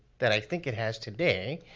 that i think it has today,